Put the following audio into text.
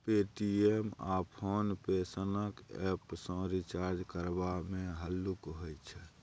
Paytm आ PhonePe सनक app सँ रिचार्ज करबा मे हल्लुक होइ छै